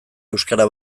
euskara